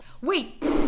Wait